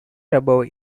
above